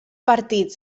partits